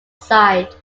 site